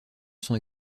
sont